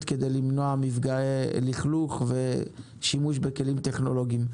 כדי למנוע מפגעי לכלוך ושימוש בכלים טכנולוגיים.